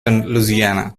louisiana